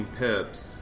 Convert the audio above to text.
pips